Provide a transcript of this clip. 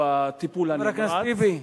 שבטיפול הנמרץ, חבר הכנסת טיבי.